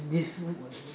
this